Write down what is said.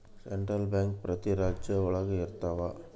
central bank ಪ್ರತಿ ರಾಜ್ಯ ಒಳಗ ಇರ್ತವ